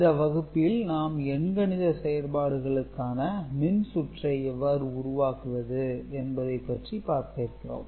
இந்த வகுப்பில் நாம் எண்கணித செயல்பாடுகளுக்கான மின்சுற்றை எவ்வாறு உருவாக்குவது என்பதைப்பற்றி பார்க்க இருக்கிறோம்